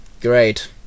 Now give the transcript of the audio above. Great